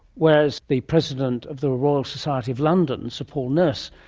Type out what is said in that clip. whereas the president of the royal society of london, sir paul nurse,